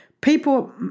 People